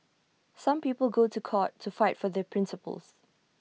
some people go to court to fight for their principles